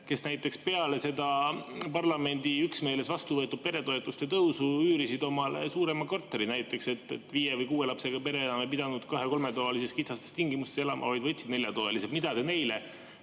kes näiteks peale seda parlamendis üksmeeles vastu võetud peretoetuste tõusu üürisid omale suurema korteri. Näiteks viie või kuue lapsega pere ei pidanud enam kahe‑ või kolmetoalises [korteris] kitsastes tingimustes elama, vaid nad võtsid neljatoalise. Mida te neile